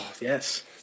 Yes